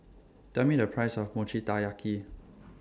Tell Me The Price of Mochi Taiyaki